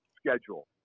schedule